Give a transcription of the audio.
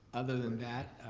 other than that